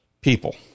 people